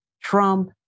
Trump